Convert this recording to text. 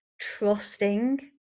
trusting